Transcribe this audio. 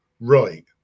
right